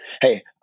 Hey